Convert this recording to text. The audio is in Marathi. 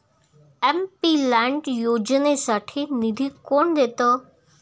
एम.पी लैड योजनेसाठी निधी कोण देतं?